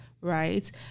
right